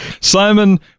Simon